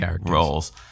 roles